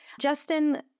Justin